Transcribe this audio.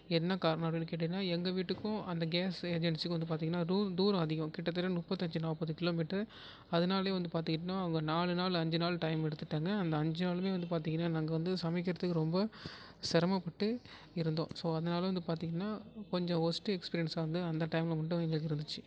என்ன காரணம் அப்படின் கேட்டிங்கன்னா எங்கள் வீட்டுக்கும் அந்த கேஸ் ஏஜென்சிக்கும் வந்து பார்த்திங்கன்னா தூ தூரம் அதிகம் கிட்டத்தட்ட முப்பத்தஞ்சு நாற்பது கிலோமீட்டர் அதனாலே வந்து பார்த்திங்கன்னா அவங்க நாலு நாள் அஞ்சு நாள் டைம் எடுத்துகிட்டாங்க அந்த அஞ்சு நாளுமே வந்து பார்த்திங்கன்னா நாங்கள் வந்து சமைக்கிறதுக்கு ரொம்ப சிரம பட்டு இருந்தோம் ஸோ அதனால் வந்து பாத்திங்கன்னா கொஞ்சம் ஒஸ்ட்டு எக்ஸ்ப்ரியன்ஸாக வந்து அந்த டைம்ல மட்டும் எங்களுக்கு இருந்துச்சு